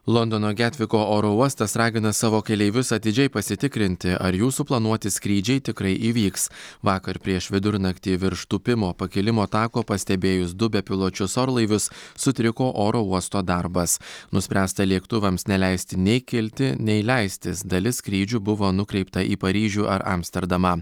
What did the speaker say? londono getviko oro uostas ragina savo keleivius atidžiai pasitikrinti ar jų suplanuoti skrydžiai tikrai įvyks vakar prieš vidurnaktį virš tūpimo pakilimo tako pastebėjus du bepiločius orlaivius sutriko oro uosto darbas nuspręsta lėktuvams neleisti nei kilti nei leistis dalis skrydžių buvo nukreipta į paryžių ar amsterdamą